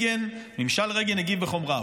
ממשל רייגן הגיב בחומרה.